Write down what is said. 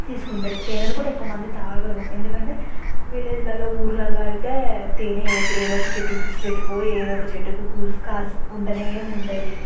తీసుకుంటారు తేనెను కూడా ఎక్కువ మంది తాగరు ఎందుకంటే విలేజ్లలో ఊర్లల్లో అయితే తేనె ఏదో ఒక చెట్టు పిచ్చి చెట్టుకో ఏదో ఒక చెట్టుకు పూస్ కాస్ ఉండనే ఉంటుంది